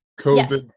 COVID